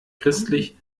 christlich